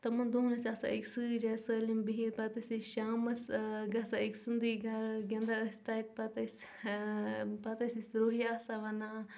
تِمن دۄہن ٲسۍ آسان أکسٕے جاے سٲلِم بہِتھ پتہٕ ٲسۍ شامس گژھان أکۍ سُنٛدٕے گرٕ گِنٛدان ٲسۍ تتہِ پتہٕ ٲسۍ پتہٕ ٲسۍ اۭں روحی آسان ونان